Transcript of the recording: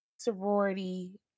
Sorority